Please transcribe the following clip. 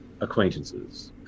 acquaintances